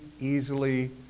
easily